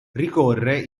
ricorre